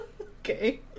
Okay